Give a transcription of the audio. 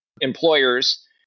employers